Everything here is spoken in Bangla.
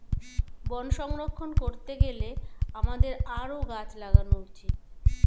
বন সংরক্ষণ করতে গেলে আমাদের আরও গাছ লাগানো উচিত